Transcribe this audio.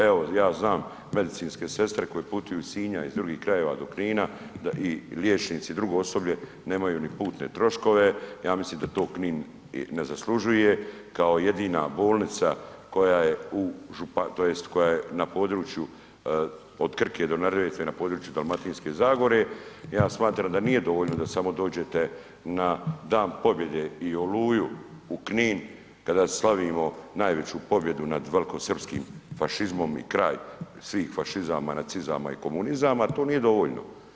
Evo, ja znam, medicinske sestre koje putuju iz Sinja i iz drugih krajeva do Knina i liječnici i drugo osoblje nemaju ni putne troškove, ja mislim da to Knin ne zaslužuje kao jedina bolnica koja je u županiji tj., koja je na području od Krke do Neretve, na području Dalmatinske zagore, ja smatram da nije dovoljno da samo dođete na Dan pobjede i Oluju u Knin kada slavimo najveću pobjedu nad velikosrpskim fašizmom i kraj svih fašizama, nacizama i komunizama, to nije dovoljno.